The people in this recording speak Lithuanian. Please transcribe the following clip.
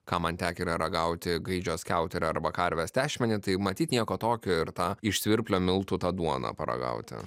ką man tekę yra ragauti gaidžio skiauterę arba karvės tešmenį tai matyt nieko tokio ir tą iš svirplio miltų tą duoną paragauti